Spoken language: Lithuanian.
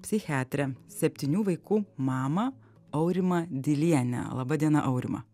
psichiatrę septynių vaikų mamą aurimą dilienę laba diena aurima